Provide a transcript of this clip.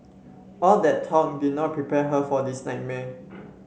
all that talk did not prepare her for this nightmare